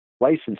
license